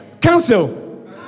cancel